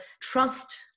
trust